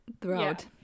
throughout